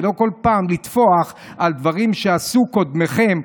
ולא כל פעם לטפוח על דברים שעשו קודמיכם,